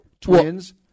Twins